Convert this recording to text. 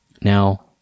Now